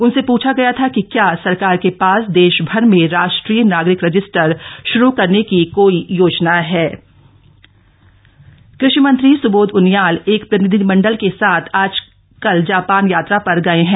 उनसे पूछा गया था कि क्या सरकार के पास देश भर में राष्ट्रीय नागरिक रजिस्टर शुरू करने की कोई योजना है सुबोध उनियाल कृशि मंत्री सुबोध उनियाल एक प्रतिनिधिमंडल के साथ आजकल जापान यात्रा पर गए हैं